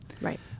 Right